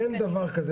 אין דבר כזה.